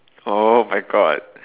oh my God